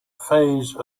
phase